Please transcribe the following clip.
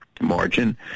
margin